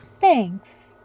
Thanks